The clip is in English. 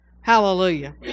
Hallelujah